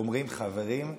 אומרים: חברים,